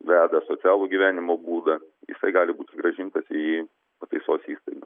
veda asocialų gyvenimo būdą jisai gali būt ir grąžintas į pataisos įstaigą